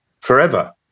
forever